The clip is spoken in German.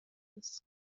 ist